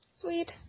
Sweet